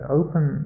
open